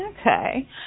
Okay